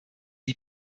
die